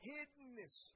Hiddenness